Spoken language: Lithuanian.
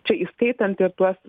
čia įskaitant ir tuos